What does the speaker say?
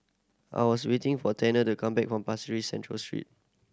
I was waiting for Tanner to come back from Pasir Ris Central Street